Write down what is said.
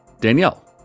Danielle